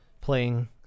playing